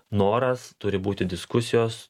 noras turi būti diskusijos